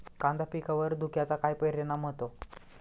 कांदा पिकावर धुक्याचा काय परिणाम होतो?